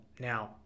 Now